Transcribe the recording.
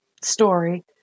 story